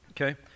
okay